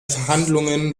verhandlungen